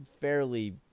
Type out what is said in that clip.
fairly